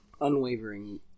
unwavering